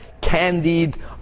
candied